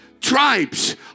tribes